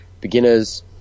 Beginners